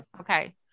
Okay